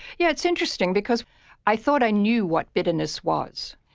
yeah it's interesting because i thought i knew what bitterness was.